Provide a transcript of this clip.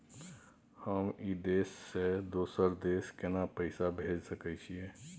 हम ई देश से दोसर देश केना पैसा भेज सके छिए?